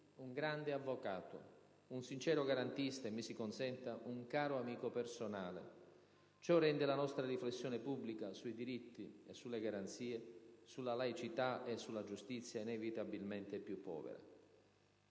un grande avvocato, un sincero garantista e - mi si consenta - un caro amico personale: ciò rende la nostra riflessione pubblica sui diritti e sulle garanzie, sulla laicità e sulla giustizia inevitabilmente più povera.